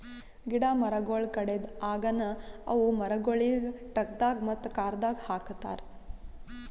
ಗಿಡ ಮರಗೊಳ್ ಕಡೆದ್ ಆಗನ ಅವು ಮರಗೊಳಿಗ್ ಟ್ರಕ್ದಾಗ್ ಮತ್ತ ಕಾರದಾಗ್ ಹಾಕತಾರ್